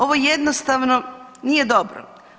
Ovo jednostavno nije dobro.